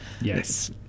Yes